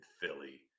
Philly